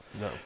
No